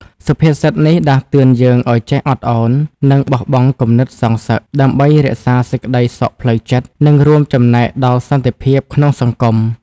សុភាសិតនេះដាស់តឿនយើងឲ្យចេះអត់ឱន និងបោះបង់គំនិតសងសឹក ដើម្បីរក្សាសេចក្តីសុខផ្លូវចិត្ត និងរួមចំណែកដល់សន្តិភាពក្នុងសង្គម។